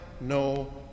no